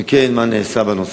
2. אם כן, מה נעשה בנושא?